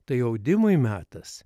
tai audimui metas